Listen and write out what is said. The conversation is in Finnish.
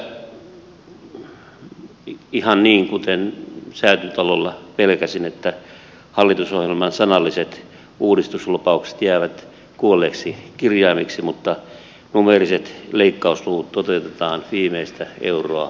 on käymässä ihan niin kuin säätytalolla pelkäsin että hallitusohjelman sanalliset uudistuslupaukset jäävät kuolleiksi kirjaimiksi mutta numeeriset leikkausluvut toteutetaan viimeistä euroa